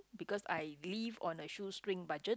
because I live on a shoe string budget